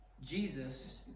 Jesus